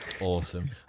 awesome